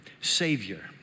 savior